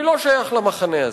אני לא שייך למחנה הזה.